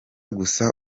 gusa